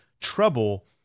trouble